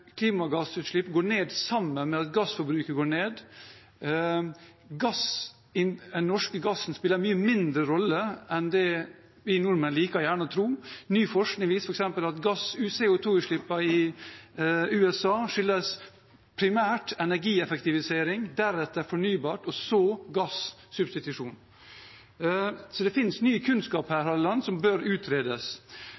klimagassutslipp går ned sammen med at gassforbruket går ned. Den norske gassen spiller en mye mindre rolle enn det vi nordmenn gjerne liker å tro. Ny forskning viser f.eks. at det som skjer med CO 2 -utslippene i USA, primært skyldes energieffektivisering, deretter fornybar energi – og så gassubstitusjon. Så her finnes ny kunnskap